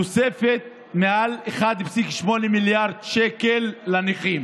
תוספת מעל 1.8 מיליארד שקל לנכים,